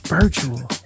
virtual